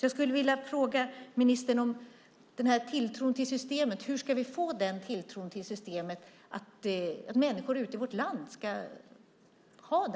Jag skulle vilja fråga ministern om hur vi ska få tilltro till systemet hos människor ute i vårt land.